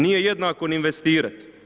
Nije jednako ni investirati.